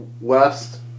West